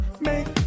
make